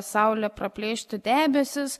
saulė praplėšti debesis